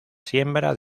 siembra